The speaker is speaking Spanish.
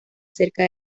cerca